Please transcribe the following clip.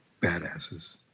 badasses